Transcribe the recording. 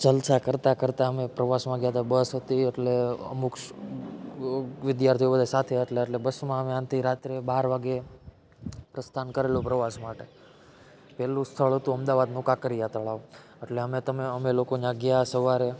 જલસા કરતાં કરતાં અમે પ્રવાસમાં ગયા હતા બસ હતી એટલે અમુક વિધાર્થીઓ બધા સાથે હતા એટલે બસ અમે આનાથી રાત્રે બાર વાગે પ્રસ્થાન કરેલું પ્રવાસ માટે પહેલું સ્થળ તો અમદાવાદનું કાંકરિયા તળાવ એટલે અમે તમે અમે લોકોને ગયા સવારે